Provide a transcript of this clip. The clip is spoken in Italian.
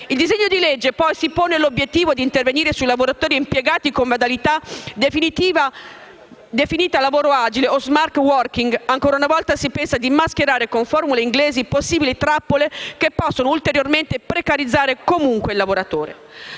Il disegno di legge si pone poi l'obiettivo dì intervenire sui lavoratori impiegati con modalità definita di lavoro agile o *smart working*; ancora una volta si pensa di mascherare con formule inglesi possibili trappole che possono ulteriormente precarizzare il lavoratore.